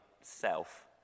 self